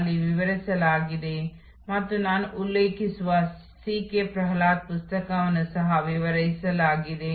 ಅಭಿವೃದ್ಧಿಪಡಿಸಲು ಇದು ಸೂಕ್ತವಾಗಿದೆ